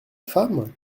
femme